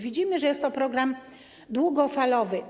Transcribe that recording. Widzimy, że jest to program długofalowy.